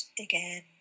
again